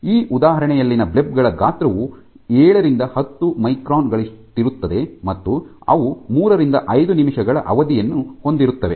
ಈ ಉದಾಹರಣೆಯಲ್ಲಿನ ಬ್ಲೆಬ್ ಗಳ ಗಾತ್ರವು ಏಳರಿಂದ ಹತ್ತು ಮೈಕ್ರಾನ್ ಗಳಷ್ಟಿರುತ್ತದೆ ಮತ್ತು ಅವು ಮೂರರಿಂದ ಐದು ನಿಮಿಷಗಳ ಅವಧಿಯನ್ನು ಹೊಂದಿರುತ್ತವೆ